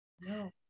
No